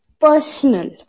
personal